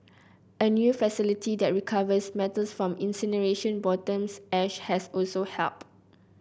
a new facility that recovers metals from incineration bottom ash has also helped